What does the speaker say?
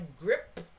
grip